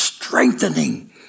strengthening